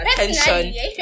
attention